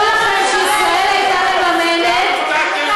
עמותת,